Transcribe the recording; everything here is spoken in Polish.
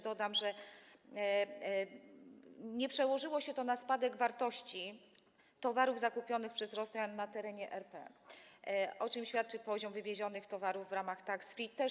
Dodam, że nie przełożyło się to na spadek wartości towarów zakupionych przez Rosjan na terenie RP, o czym świadczy poziom wartości wywiezionych towarów w ramach tax free.